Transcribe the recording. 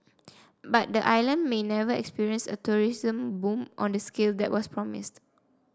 but the island may never experience a tourism boom on the scale that was promised